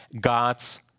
God's